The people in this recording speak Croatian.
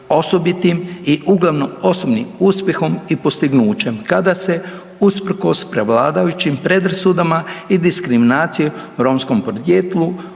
osobitim i uglavnom osobnim uspjehom i postignućem kada se usprkos prevladajućim predrasudama i diskriminaciji romskom podrijetlu